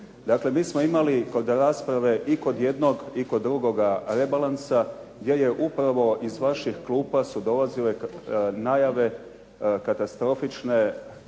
Dakle, mi smo imali kod rasprave i kod jednog i kod drugoga rebalansa, gdje upravo iz vaših klupa su dolazile najave katastrofične,